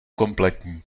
kompletní